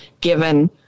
given